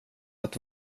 att